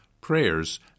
prayers